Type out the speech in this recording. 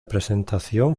presentación